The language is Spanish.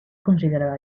considerada